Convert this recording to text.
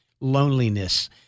Loneliness